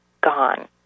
gone